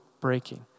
breaking